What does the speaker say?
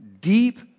deep